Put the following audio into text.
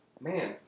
man